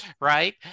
Right